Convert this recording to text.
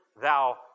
thou